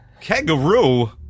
kangaroo